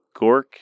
Gork